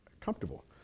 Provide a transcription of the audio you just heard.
comfortable